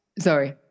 sorry